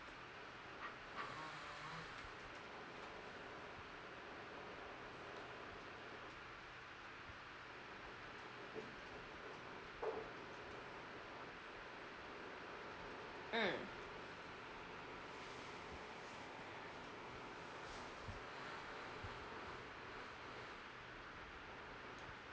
mm